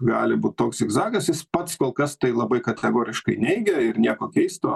gali būt toks zigzagas jis pats kol kas tai labai kategoriškai neigia ir nieko keisto